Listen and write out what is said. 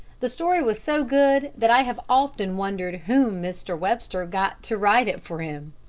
the story was so good that i have often wondered whom mr. webster got to write it for him.